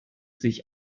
sich